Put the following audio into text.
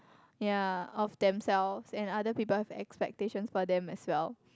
ya of themselves and other people have expectations for them as well